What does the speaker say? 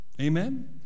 Amen